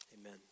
Amen